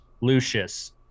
Lucius